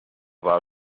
war